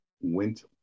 went